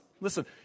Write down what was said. listen